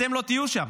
אתם לא תהיו שם.